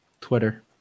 Twitter